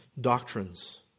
doctrines